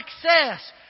success